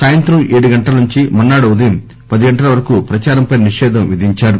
సాయంత్రం ఏడు గంటల నుంచి మర్సాడు ఉదయం పది గంటల వరకు ప్రదారంపై నిషేధం విధించారు